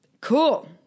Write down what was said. Cool